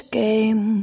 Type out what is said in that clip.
game